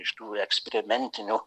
iš tų eksperimentinių